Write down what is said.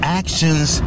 actions